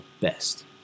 best